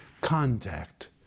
contact